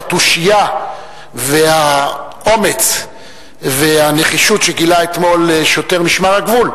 התושייה והאומץ והנחישות שגילה אתמול שוטר משמר הגבול.